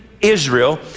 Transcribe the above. Israel